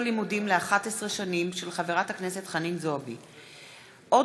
בהצעתה של חברת הכנסת חנין זועבי בנושא: